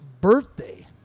birthday